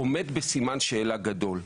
עומד בסימן שאלה גדול.